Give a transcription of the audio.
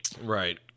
right